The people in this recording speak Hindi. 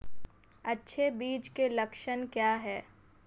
अच्छे बीज के लक्षण क्या हैं?